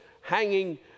hanging